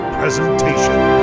presentation